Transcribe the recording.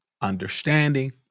understanding